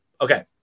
Okay